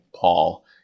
Paul